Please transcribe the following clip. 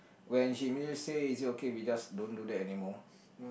when she immediately say is it okay we just don't do that anymore